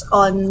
on